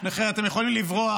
אתם יכולים לברוח,